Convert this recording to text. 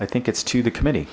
i think it's to the committee